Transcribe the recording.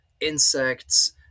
insects